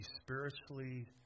spiritually